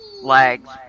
legs